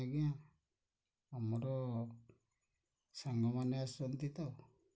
ଆଜ୍ଞା ଆମର ସାଙ୍ଗମାନେ ଆସୁଛନ୍ତି ତ